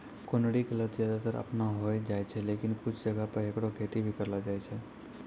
कुनरी के लत ज्यादातर आपनै होय जाय छै, लेकिन कुछ जगह मॅ हैकरो खेती भी करलो जाय छै